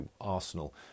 arsenal